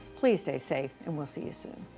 please stay safe, and we'll see you soon.